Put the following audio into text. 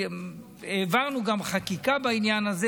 העברנו גם חקיקה בעניין הזה.